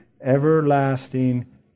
everlasting